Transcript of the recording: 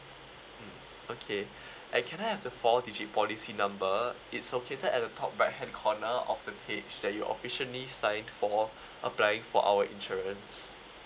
mm okay and can I have the four digit policy number it's located at the top right hand corner of the page that you officially signed for applying for our insurance